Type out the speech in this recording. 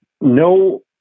no